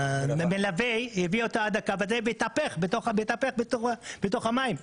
שהמלווה הביא אותו עד למים והוא התהפך בתוך קו המים.